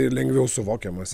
ir lengviau suvokiamas